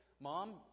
Mom